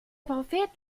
prophet